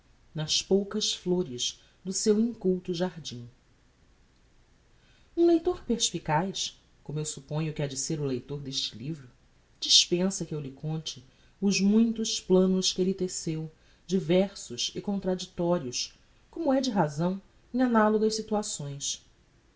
nas poucas flores de seu inculto jardim um leitor perspicaz como eu supponho que hade ser o leitor deste livro dispensa que eu lhe conte os muitos planos que elle teceu diversos e contradictorios como é de razão em analogas situações